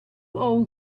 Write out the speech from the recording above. old